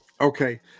okay